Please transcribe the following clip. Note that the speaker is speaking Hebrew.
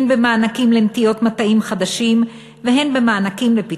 הן במענקים לנטיעות מטעים חדשים והן במענקים